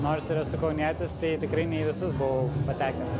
nors ir esu kaunietis tai tikrai ne į visus buvau patekęs